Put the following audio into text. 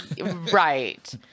Right